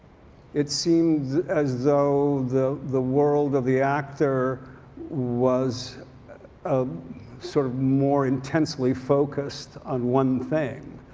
it seems as though the the world of the actor was um sort of more intensely focused on one thing.